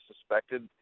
suspected